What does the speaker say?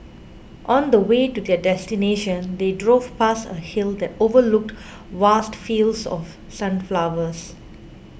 on the way to their destination they drove past a hill that overlooked vast fields of sunflowers